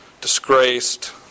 disgraced